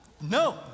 no